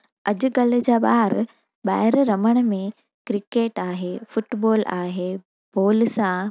अॼुकल्ह जा ॿार ॿाहिरि रमण में क्रिकेट आहे फुटबॉल आहे बॉल सां